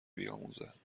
بیاموزند